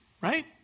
right